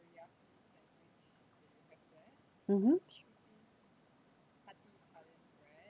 mmhmm